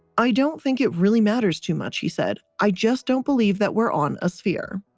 i don't think it really matters too much, he said, i just don't believe that we're on a sphere.